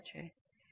આ ક્યા છે